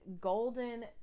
Golden